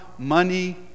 money